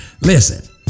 Listen